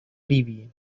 ливии